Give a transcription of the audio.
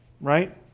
Right